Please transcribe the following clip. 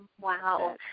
wow